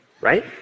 right